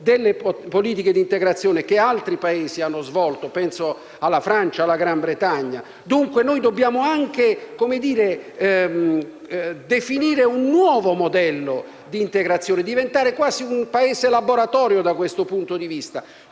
delle politiche di integrazione che altri Paesi hanno condotto (penso alla Francia o alla Gran Bretagna), quindi dobbiamo anche definire un nuovo modello di integrazione, diventare quasi un Paese laboratorio da questo punto di vista.